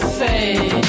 fade